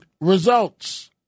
results